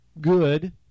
good